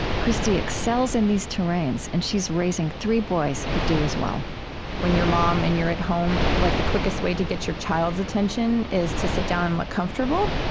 christy excels in these terrains, and she's raising three boys who do, as well when you're a mom, and you're at home, like the quickest way to get your child's attention is to sit down and look comfortable.